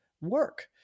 work